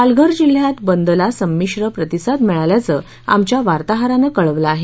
पालघर जिल्ह्यात बंदला संमिश्र प्रतिसाद मिळाल्याचं आमच्या वार्ताहरानं कळवलं आहे